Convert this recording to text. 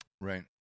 Right